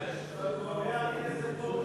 תודה רבה, חבר הכנסת סגן השר מיקי לוי.